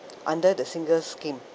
under the single scheme